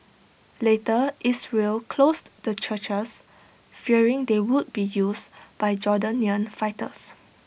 later Israel closed the churches fearing they would be used by Jordanian fighters